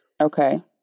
Okay